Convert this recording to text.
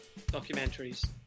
Documentaries